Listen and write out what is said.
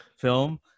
film